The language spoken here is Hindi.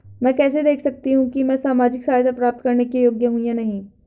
मैं कैसे देख सकती हूँ कि मैं सामाजिक सहायता प्राप्त करने के योग्य हूँ या नहीं?